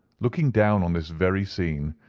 looking down on this very scene,